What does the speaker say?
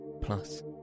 plus